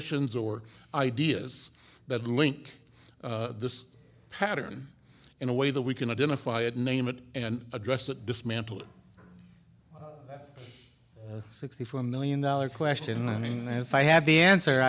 ons or ideas that link this pattern in a way that we can identify it name it and address it dismantle the sixty four million dollar question i mean if i have the answer